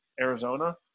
Arizona